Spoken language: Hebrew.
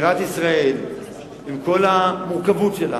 עם כל המורכבות שלה,